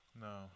No